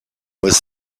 was